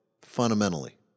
fundamentally